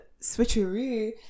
switcheroo